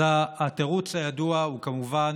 אז התירוץ הידוע הוא כמובן